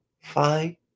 fine